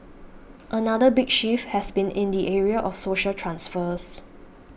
another big shift has been in the area of social transfers